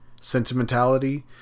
sentimentality